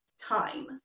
time